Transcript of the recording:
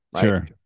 Sure